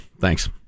Thanks